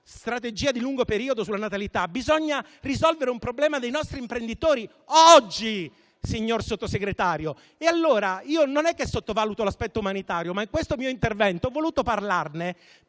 strategia di lungo periodo sulla natalità, bisogna risolvere un problema dei nostri imprenditori oggi, signor Sottosegretario. Non sottovaluto l'aspetto umanitario, ma in questo mio intervento ho voluto parlarne